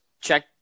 check